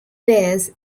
bears